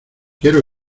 quiero